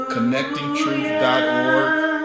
ConnectingTruth.org